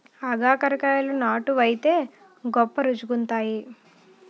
ఆగాకరకాయలు నాటు వైతే గొప్ప రుచిగుంతాయి